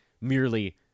merely